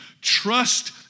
Trust